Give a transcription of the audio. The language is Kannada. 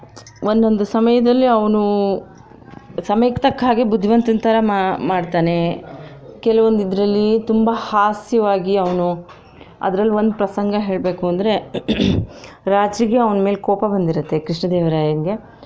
ಒಂದೊಂದು ಸಮಯದಲ್ಲಿ ಅವನು ಸಮಯಕ್ಕೆ ತಕ್ಕ ಹಾಗೆ ಬುದ್ಧಿವಂತನ ಥರ ಮಾಡ್ತಾನೆ ಕೆಲವೊಂದು ಇದರಲ್ಲಿ ತುಂಬ ಹಾಸ್ಯವಾಗಿ ಅವನು ಅದ್ರಲ್ಲಿ ಒಂದು ಪ್ರಸಂಗ ಹೇಳಬೇಕು ಅಂದರೆ ರಾಜರಿಗೆ ಅವ್ನ ಮೇಲೆ ಕೋಪ ಬಂದಿರುತ್ತೆ ಕೃಷ್ಣದೇವರಾಯಂಗೆ